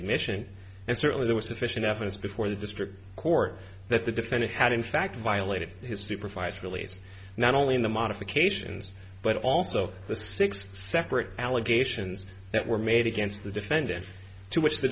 admission and certainly there was sufficient evidence before the district court that the defendant had in fact violated his supervised release not only in the modifications but also the six separate allegations that were made against the defendant to which the